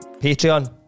Patreon